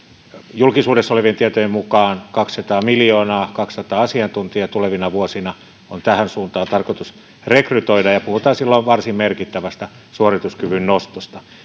julkisuudessa olevien tietojen mukaan se on kaksisataa miljoonaa kaksisataa asiantuntijaa tulevina vuosina on tähän suuntaan tarkoitus rekrytoida ja puhutaan silloin varsin merkittävästä suorituskyvyn nostosta